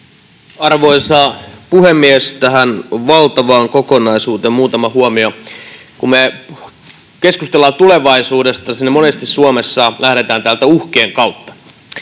Arvoisa puhemies! Tähän valtavaan kokonaisuuteen muutama huomio. Kun me keskustelemme tulevaisuudesta, siinä monesti Suomessa lähdetään uhkien kautta: